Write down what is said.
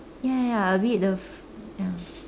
ya ya a bit the ya